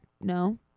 No